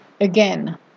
Again